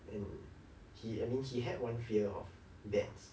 and he I mean he had one fear of bats